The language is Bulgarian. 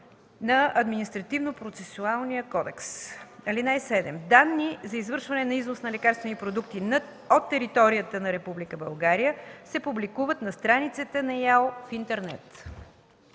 на Административнопроцесуалния кодекс. (7) Данни за извършване на износ на лекарствени продукти от територията на Република България се публикуват на страницата на ИАЛ в интернет.